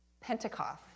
Pentecost